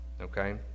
okay